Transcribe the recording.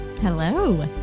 Hello